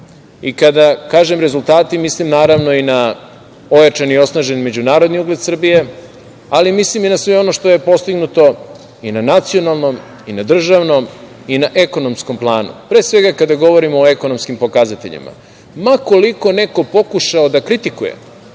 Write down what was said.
Kada kažem rezultati, mislim naravno i na ojačan i osnažen međunarodni ugled Srbije, ali mislim i na sve ono što je postignuto i na nacionalnom i na državnom i na ekonomskom planu. Pre svega, kada govorimo o ekonomskim pokazateljima, ma koliko neko pokušao da kritikuje